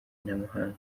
n’amahanga